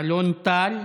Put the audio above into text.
אלון טל,